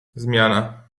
zmiana